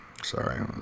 Sorry